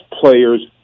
players